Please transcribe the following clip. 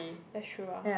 that sure ah